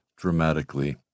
dramatically